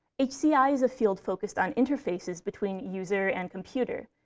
hci ah is a field focused on interfaces between user and computer,